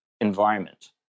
environment